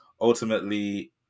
ultimately